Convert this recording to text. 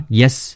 yes